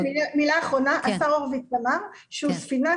מילה אחרונה: השר הורוביץ אמר שהוא ספינת